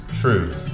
True